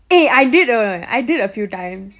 eh I did uh I did a few times